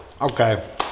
Okay